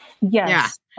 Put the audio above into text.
yes